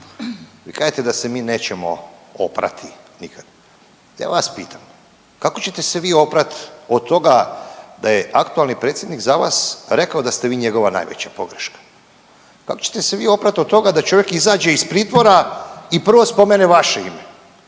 vi kažete da se mi nećemo oprati nikad, ja vas pitam kako ćete se vi oprat od toga da je aktualni predsjednik za vas rekao da ste vi njegova najveća pogreška, kako ćete se vi oprat od toga da čovjek iziđe iz pritvora i prvo spomene vaše ime,